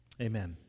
Amen